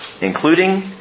including